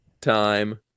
time